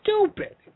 stupid